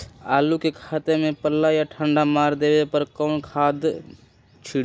आलू के खेत में पल्ला या ठंडा मार देवे पर कौन खाद छींटी?